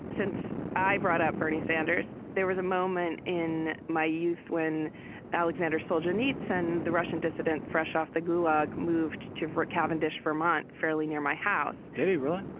since i brought up bernie sanders, there was a moment in my youth when alexander soldier needsand the russian dissident, fresh off the gulag, moved to rick cavendish, vermont, fairly near my house. did he really?